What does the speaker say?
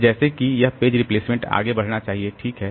तो जैसे कि यह पेज रिप्लेसमेंट आगे बढ़ना चाहिए ठीक है